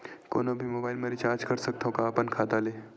कोनो भी मोबाइल मा रिचार्ज कर सकथव का अपन खाता ले?